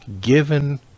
given